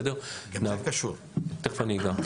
(שקף: צוות מכרזים ברשויות המקומיות).